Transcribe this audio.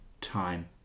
time